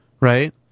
right